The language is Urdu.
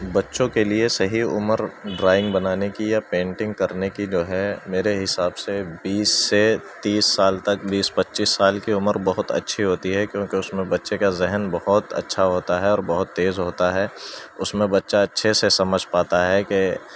بچوں کے لیے صحیح عمر ڈرائنگ بنانے کی یا پینٹنگ کرنے کی جو ہے میرے حساب سے بیس سے تیس سال تک بیس پچیس سال کے عمر بہت اچھی ہوتی ہے کیوں کہ اس میں بچے کا ذہن بہت اچھا ہوتا ہے اور بہت تیز ہوتا ہے اس میں بچہ اچھے سے سمجھ پاتا ہے کہ